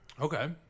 Okay